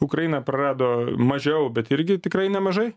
ukraina prarado mažiau bet irgi tikrai nemažai